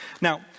Now